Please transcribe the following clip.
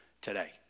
today